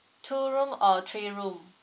two room or three room